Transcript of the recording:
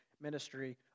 ministry